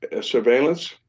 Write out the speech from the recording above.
surveillance